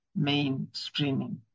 mainstreaming